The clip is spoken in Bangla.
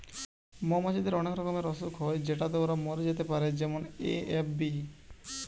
মৌমাছিদের অনেক রকমের অসুখ হয় যেটাতে ওরা মরে যেতে পারে যেমন এ.এফ.বি